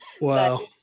Wow